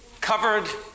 Covered